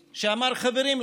שאמר: חברים,